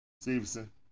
Stevenson